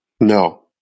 No